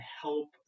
help